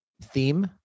theme